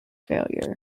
failure